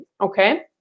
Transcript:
okay